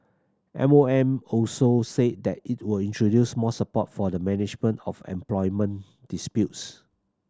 M O M also said that it will introduce more support for the management of employment disputes